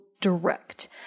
direct